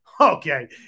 okay